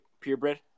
purebred